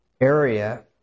area